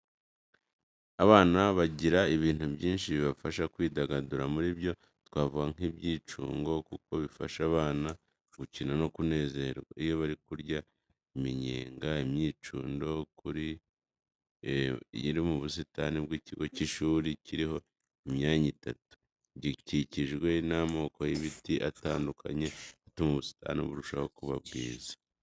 Abana bagira ibintu byinshi bibafasha kwidagadura, muri byo twavuga nk'ibyicungo kuko bifasha abana gukina no kunezerwa iyo bari kurya iminyenga. Icyicungo kiri mu busitani bw'ikigo cy'ishuri kiriho imyanya itatu, gikikijwe n'amoko y'ibiti atandukanye atuma ubusitani burushaho kuba bwiza.